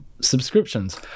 subscriptions